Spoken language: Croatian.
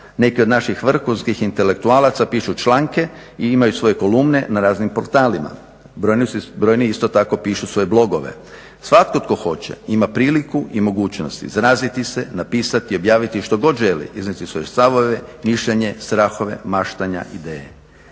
Neki od naših vrhunskih intelektualaca pišu članke i imaju svoje kolumne na raznim portalima. Brojni isto tako pišu svoje blogove. Svatko tko hoće, ima priliku i mogućnost izraziti se, napisati, objaviti što god želi, iznijeti svoje stavove, mišljenje, strahove, maštanja, ideje.